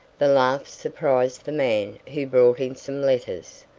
the laugh surprised the man who brought in some letters.